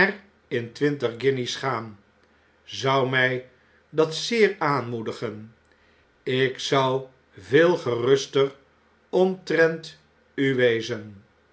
in twintig guinjes gaan zou mg dat zeer aanmoedigen ik zou veel geruster omtrent u wezen